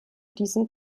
diesen